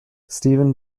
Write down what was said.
stephen